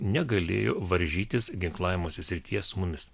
negalėjo varžytis ginklavimosi srityje su mumis